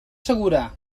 segura